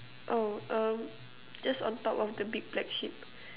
oh um just on top of the big black sheep